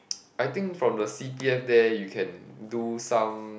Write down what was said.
I think from the c_p_f there you can do some